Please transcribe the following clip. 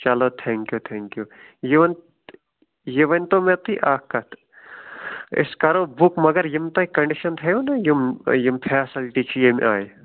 چَلو thank you thank you یہِ وَن یہِ ؤنۍتو مےٚ تُہۍ اَکھ کَتھ أسۍ کَرو بُک مگر یِم تۄہہِ کنٛڈِشَن تھٲیوٕ نَہ یِم یِم فٮ۪سلٹی چھِ ییٚمہِ آیہِ